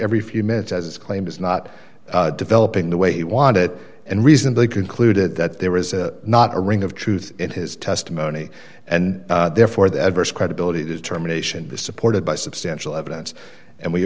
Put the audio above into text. every few minutes as his claim is not developing the way he wanted it and reason they concluded that there is not a ring of truth in his testimony and therefore the adverse credibility determination is supported by substantial evidence and we